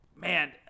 man